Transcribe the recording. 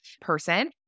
person